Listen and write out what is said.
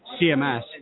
CMS